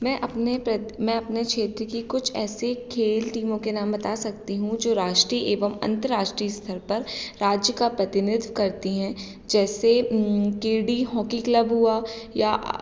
मैं अपने मैं अपने क्षेत्र की कुछ ऐसी खेल टीमों के नाम बता सकती हूँ जो राष्ट्रीय एवं अंतर्राष्ट्रीय स्तर पर राज्य का प्रतिनिधित्व करती हैं जैसे केडी हॉकी क्लब हुआ या